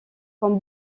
comme